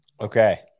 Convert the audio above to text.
Okay